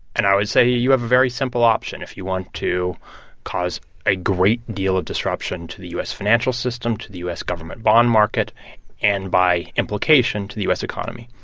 and i would say, you have a very simple option if you want to cause a great deal of disruption to the u s. financial system, to the u s. government bond market and, by implication, to the u s. economy.